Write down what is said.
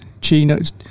chinos